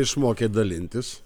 išmokė dalintis